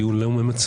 זה דיון לא ממצה,